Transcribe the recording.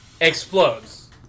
explodes